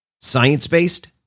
science-based